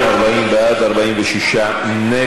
ובכן, 40 בעד, 46 נגד.